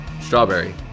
strawberry